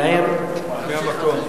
להעיר מהמקום.